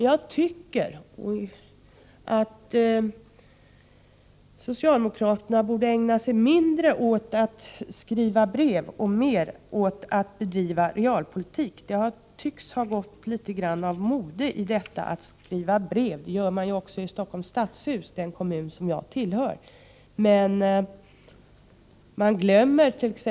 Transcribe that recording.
Jag tycker att socialdemokraterna borde ägna sig mindre åt att skriva brev och mer åt att bedriva realpolitik. Det tycks ha gått litet grand av mode i att skriva brev. Det gör man ju också i Stockholms stadshus — Stockholms kommun är den kommun jag tillhör.